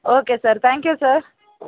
okay sir thank you sir